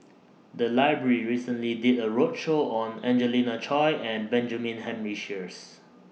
The Library recently did A roadshow on Angelina Choy and Benjamin Henry Sheares